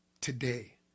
today